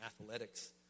athletics